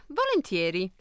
volentieri